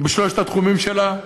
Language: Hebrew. בשלושת התחומים שלה,